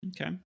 Okay